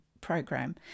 program